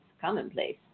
commonplace